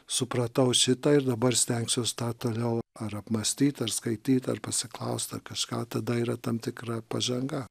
supratau šitą ir dabar stengsiuos tą toliau ar apmąstyt ar skaityt ar pasiklaust ar kažką tada yra tam tikra pažanga